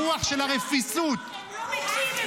הרוח של הרפיסות -- הם לא מתים.